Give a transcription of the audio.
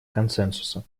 консенсуса